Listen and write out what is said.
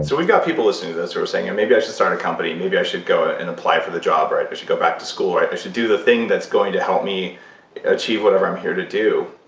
so we've got people listening to this who are saying, and maybe i should start a company. maybe i should go and apply for the job. or, i should go back to school. or, i should do the thing that's going to help me achieve whatever i'm here to do.